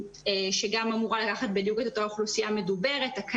שגם אמורה לקחת בדיוק את אותה אוכלוסייה מדוברת: אקדמאים,